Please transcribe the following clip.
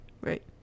Right